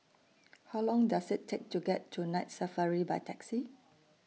How Long Does IT Take to get to Night Safari By Taxi